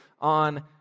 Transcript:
on